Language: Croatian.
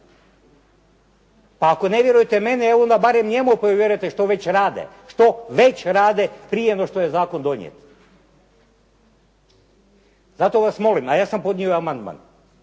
Ako ne vjerujete meni, evo onda barem njemu ako vjerujete što već rade, što već rade prije nego što je zakon donijet. Zato vas molim, a ja sam podnio i amandman.